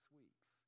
weeks